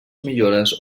millores